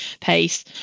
PACE